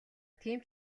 тийм